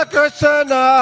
Krishna